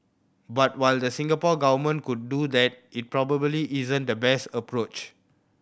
but while the Singapore Government could do that it probably isn't the best approach